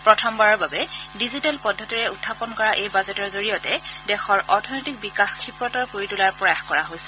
প্ৰথমবাৰৰ বাবে ডিজিটেল পদ্ধতিৰে উখাপন কৰা এই বাজেটৰ জৰিয়তে দেশৰ অৰ্থনৈতিক বিকাশ ক্ষিপ্ৰতৰ কৰি তোলাৰ প্ৰয়াস কৰা হৈছে